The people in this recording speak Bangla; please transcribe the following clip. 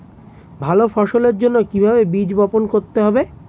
ভালো ফসলের জন্য কিভাবে বীজ বপন করতে হবে?